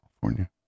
California